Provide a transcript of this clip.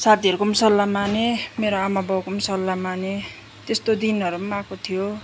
साथीहरूको पनि सल्लाह मानेँ मेरो आमा बाउको पनि सल्लाह मानेँ त्यस्तो दिनहरू पनि आएको थियो